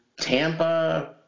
Tampa